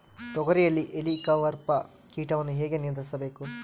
ತೋಗರಿಯಲ್ಲಿ ಹೇಲಿಕವರ್ಪ ಕೇಟವನ್ನು ಹೇಗೆ ನಿಯಂತ್ರಿಸಬೇಕು?